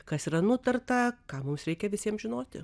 kas yra nutarta ką mums reikia visiem žinoti